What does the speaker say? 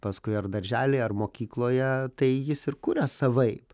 paskui ar daržely ar mokykloje tai jis ir kuria savaip